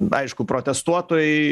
aišku protestuotojai